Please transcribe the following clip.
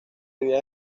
viaje